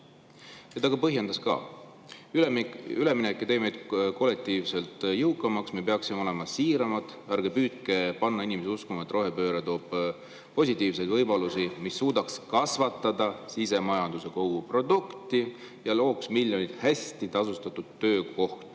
Ta põhjendas ka: "Üleminek ei tee meid kollektiivselt jõukamaks. Me peaksime olema siiramad. Ärge püüdke panna inimesi uskuma, et rohepööre loob positiivseid võimalusi, mis suudaks kasvatada sisemajanduse koguprodukti (SKP) ja looks miljoneid hästi tasustatud töökohti."